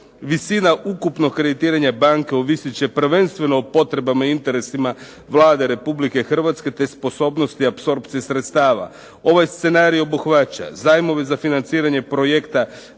Visina ukupnog kreditiranja banke ovisit će prvenstveno o potrebama i interesima Vlade Republike Hrvatske, te sposobnosti apsorpcije sredstava. Ovaj scenarij obuhvaća zajmove za financiranje projekta